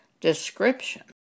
description